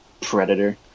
Predator